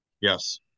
Yes